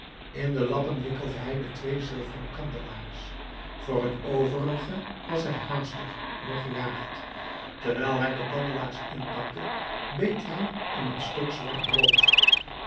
in de lappen wikkelde hij de twee zilveren kandelaars voor t overige was hij haastig noch gejaagd terwijl hij de kandelaars inpakte beet hij in een stuk zwart brood